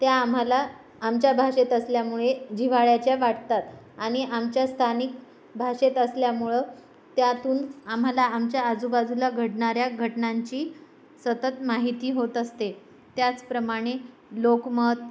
त्या आम्हाला आमच्या भाषेत असल्यामुळे जिव्हाळ्याच्या वाटतात आणि आमच्या स्थानिक भाषेत असल्यामुळं त्यातून आम्हाला आमच्या आजूबाजूला घडणाऱ्या घटनांची सतत माहिती होत असते आहे त्याचप्रमाणे लोकमत